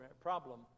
problem